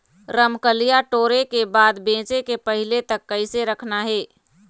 रमकलिया टोरे के बाद बेंचे के पहले तक कइसे रखना हे?